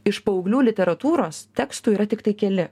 iš paauglių literatūros tekstų yra tiktai keli